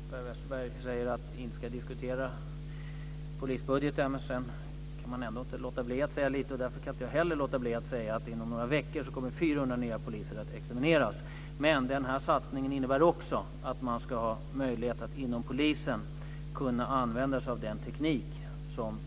Fru talman! Per Westerberg säger att vi inte ska diskutera polisbudgeten, men sedan kan han ändå inte låta bli att säga lite grann. Därför kan jag inte heller låta bli att säga att inom några veckor kommer 400 nya poliser att examineras. Den här satsningen innebär också att man inom polisen ska ha möjlighet att kunna använda sig av den teknik som